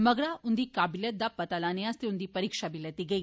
मगरा उन्दी काबलियत दा पता लाने आस्तै उन्दी परीक्षा बी लैती गेई